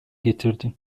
getirdi